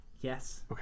Yes